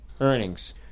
earnings